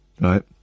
right